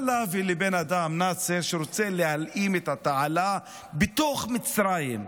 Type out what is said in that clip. מה לה ולנאצר, שרוצה להלאים את התעלה בתוך מצרים?